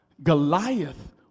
Goliath